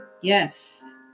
Yes